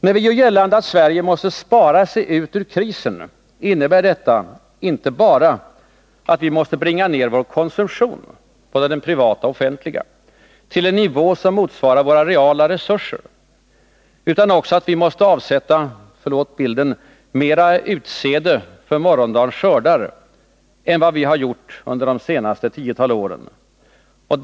När vi gör gällande att Sverige måste spara sig ut ur krisen innebär detta inte bara att vi måste bringa ner vår konsumtion, både den privata och den offentliga, till en nivå som motsvarar våra reala resurser, utan också att vi måste avsätta — förlåt bilden — mera utsäde för morgondagens skördar än vad vi har gjort under de senaste tiotalen år.